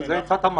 זה אחד המאגרים.